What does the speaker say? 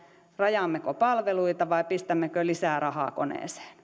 rajaammeko palveluita vai pistämmekö lisää rahaa koneeseen mielestäni